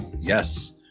yes